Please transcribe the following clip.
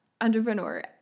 entrepreneur